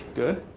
good.